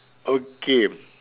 okay